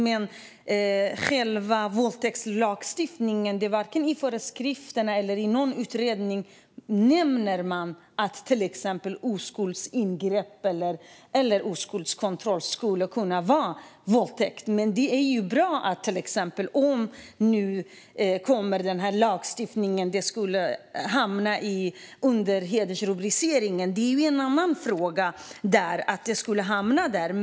Men det nämns inte i våldtäktslagstiftningen och föreskrifterna eller i någon utredning att oskuldsingrepp eller oskuldskontroll skulle kunna vara våldtäkt. Det är bra om den här lagstiftningen kommer och om detta hamnar under hedersrubriceringen. Det är en annan fråga om det skulle hamna där.